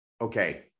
okay